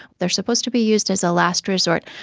they are supposed to be used as a last resort,